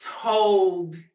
told